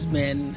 men